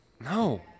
No